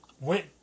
went